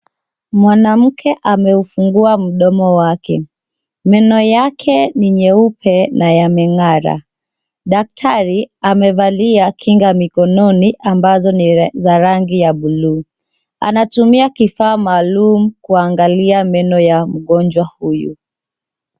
Mwanamke ameufungua mdomo wake, meno yake ni nyeupe na yameng'ara. Daktari amevalia kinga mikononi ambazo ni za rangi ya buluu. Anatumia kifaa maalum kuangalia meno ya mgonjwa huyu.